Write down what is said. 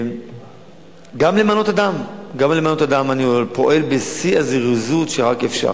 גם למנות אדם, אני פועל בשיא הזריזות שרק אפשר.